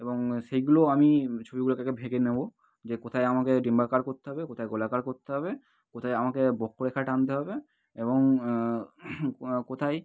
এবং সেইগুলো আমি ছবিগুলোকে আগে ভেবে নেবো যে কোথায় আমাকে ডিম্বাকার করতে হবে কোথায় গোলাকার করতে হবে কোথায় আমাকে বক্ররেখা টানতে হবে এবং কো কোথায়